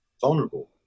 vulnerable